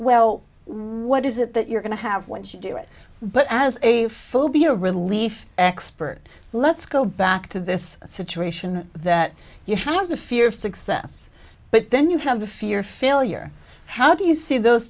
well what is it that you're going to have once you do it but as a phobia relief expert let's go back to this situation that you have the fear of success but then you have the fear failure how do you see those